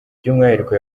by’umwihariko